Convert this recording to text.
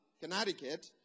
Connecticut